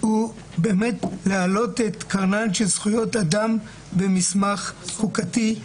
היה להעלות את קרנן של זכויות אדם במסמך חוקתי.